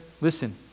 Listen